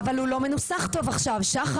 אבל הוא לא מנוסח טוב עכשיו שחר,